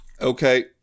Okay